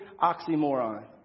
oxymoron